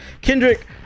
Kendrick